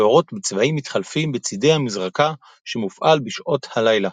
ואורות בצבעים מתחלפים בצידי המזרקה שמופעל בשעות הלילה.